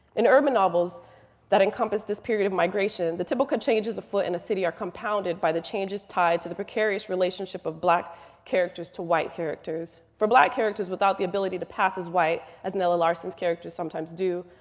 in urban novels that encompass this period of migration, the typical changes afoot in a city are compounded by the changes tied to the precarious relationship of black characters to white characters. for black characters without the ability to pass as white, as nella larsen's character sometimes do,